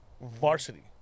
varsity